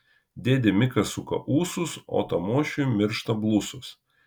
dėdė mikas suka ūsus o tamošiui miršta blusos